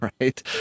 right